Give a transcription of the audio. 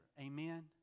Amen